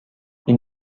این